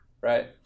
right